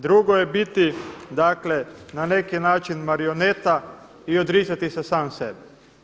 Drugo je biti na neki način marioneta i odricati se sam sebe.